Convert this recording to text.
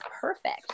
perfect